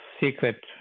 secret